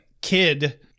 kid